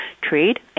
trade